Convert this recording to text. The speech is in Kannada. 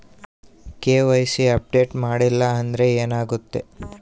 ಕೆ.ವೈ.ಸಿ ಅಪ್ಡೇಟ್ ಮಾಡಿಲ್ಲ ಅಂದ್ರೆ ಏನಾಗುತ್ತೆ?